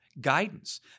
guidance